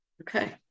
Okay